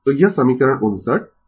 तो यह समीकरण 59 60 61 और 62 है